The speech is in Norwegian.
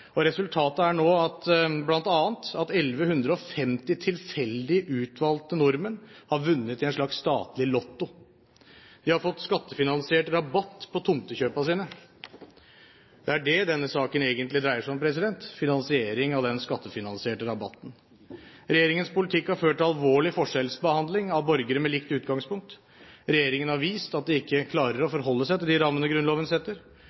innfri. Resultatet er nå bl.a. at 1 150 tilfeldig utvalgte nordmenn har vunnet i en slags statlig lotto. De har fått skattefinansiert rabatt på tomtekjøpene sine. Det er det denne saken egentlig dreier seg om, finansiering av den skattefinansierte rabatten. Regjeringens politikk har ført til alvorlig forskjellsbehandling av borgere med likt utgangspunkt. Regjeringen har vist at den ikke klarer å forholde seg til de rammene Grunnloven setter,